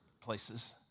places